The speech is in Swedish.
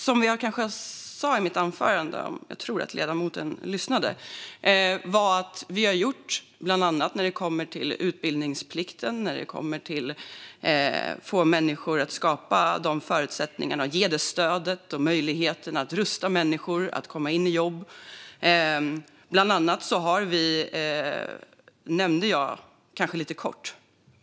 Som jag sa i mitt anförande, som jag tror att ledamoten hörde, har vi genom utbildningsplikten skapat förutsättningar, stöd och möjligheter för människor att komma i jobb. Jag nämnde också bosättningslagen lite kort.